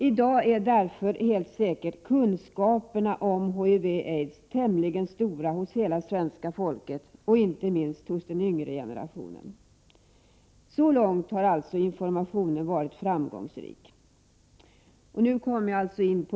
I dag är därför kunskaperna om HIV/aids helt säkert tämligen stora hos hela svenska folket, inte minst hos den yngre generationen. Så långt har alltså informationen varit framgångsrik.